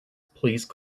please